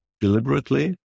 deliberately